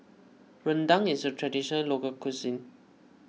Rendang is a Traditional Local Cuisine